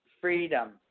freedom